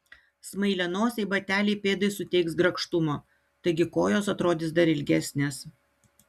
smailianosiai bateliai pėdai suteiks grakštumo taigi kojos atrodys dar ilgesnės